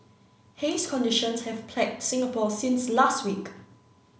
haze conditions have plagued Singapore since last week